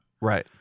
Right